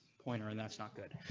pointer and that's not good.